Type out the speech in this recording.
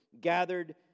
gathered